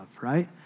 right